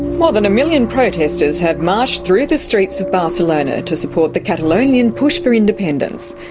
more than a million protesters have marched through the streets of barcelona to support the catalonian push for independence.